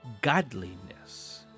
godliness